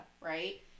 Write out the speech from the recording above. right